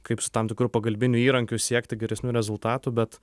kaip su tam tikru pagalbiniu įrankiu siekti geresnių rezultatų bet